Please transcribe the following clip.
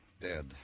Dead